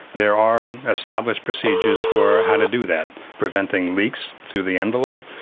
there are established procedures for how to do that, preventing leaks through the envelope,